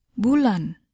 bulan